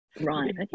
Right